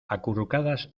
acurrucadas